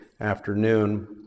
afternoon